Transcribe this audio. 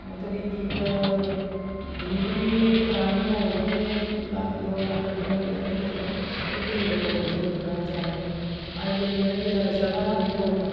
मतलब इक इक डलीवरी बी करानी होग ते लक्ख दो लक्ख रपेआ कुतै निं गेदा ते गरीब बंदे कुत्थूं कड्ढना उ'न्न बचारे आई जाइयै ते फ्ही शालामार ई दौड़ना